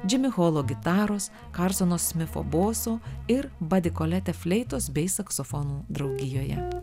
džimi holo gitaros karsenos mifo boso ir badikolete fleitos bei saksofonų draugijoje